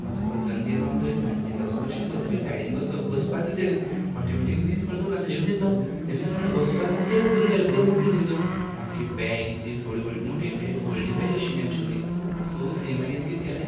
म्हाजो कजन गेलो आनी थंय जाण्टेलो असो बशिल्लो तेज्या सायडीन बसलो बसपाक दिलें तेणें ऑटोमेटीक नीज कंट्रोल ना तेजेर न्हिदलो तेणें म्हणलें बसपाक दिलें तो उठून गेले चल उठ म्हणून हिंचो आमगे बॅग इतली थोडी मोटी बॅग व्हडली बॅग आशिल्ली आमचे कडेन सो थंय मागीर आमी कित केलें